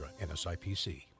NSIPC